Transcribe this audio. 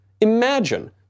Imagine